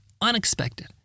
Unexpected